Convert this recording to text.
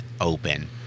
open